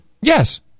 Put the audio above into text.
Yes